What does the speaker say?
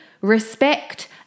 respect